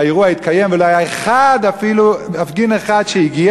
שהאירוע התקיים ולא היה מפגין אחד שהגיע.